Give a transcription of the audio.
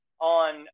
on